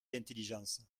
l’intelligence